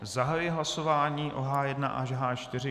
Zahajuji hlasování o H1 až H4.